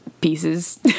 pieces